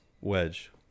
Wedge